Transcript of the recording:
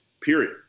Period